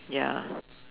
ya